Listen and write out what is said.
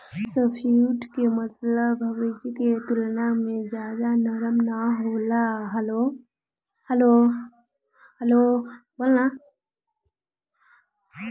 softwood के मतलब hardwood के तुलना में ज्यादा नरम ना होला